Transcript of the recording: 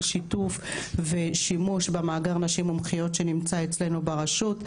שיתוף ושימוש במאגר נשים מומחיות שנמצא אצלנו ברשות.